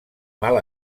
mal